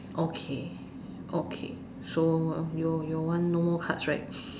okay okay so your your one no cards right